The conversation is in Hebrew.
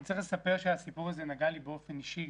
אני רוצה לספר שהסיפור הזה נגע לי באופן אישי.